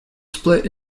split